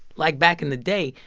like back in the day,